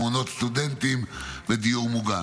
מעונות סטודנטים ודיור מוגן.